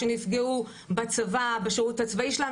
שנפגעו בשירות הצבאי שלהם